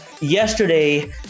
yesterday